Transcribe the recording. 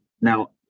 now